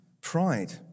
pride